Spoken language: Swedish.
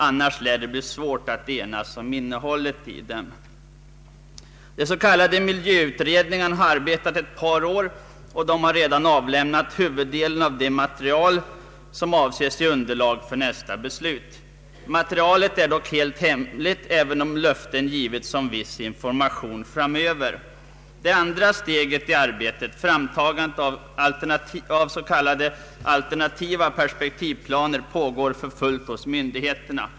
Annars lär det bli svårt att enas om innehållet i dem. De s.k. miljöutredningarna har arbetat ett par år och har redan avlämnat huvuddelen av det material som avses ge underlag för nästa försvarsbeslut. Materialet är dock helt hemligt, även om löften har givits om viss information framöver. Det andra steget i arbetet, framtagandet av alternativa s.k. perspektivplaner, pågår för fullt hos myndigheterna.